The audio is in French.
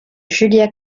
julia